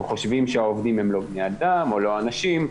חושבים שהעובדים הם לא בני אדם או לא אנשים,